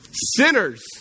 sinners